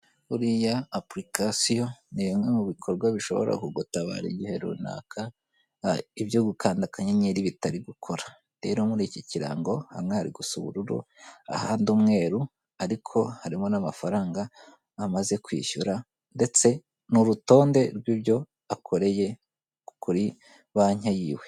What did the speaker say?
Buriya apurikasiyo ni bimwe mu bikorwa bishobora kugutabara igihe runaka, ibyo gukanda kanyenyeri bitari gukora, rero muri iki kirango hamwe hari gusa ubururu, ahandi umweru ariko harimo n'amafaranga amaze kwishyura ndetse n'urutonde rw'ibyo akoreye kuri banke yiwe.